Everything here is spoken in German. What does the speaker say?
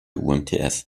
umts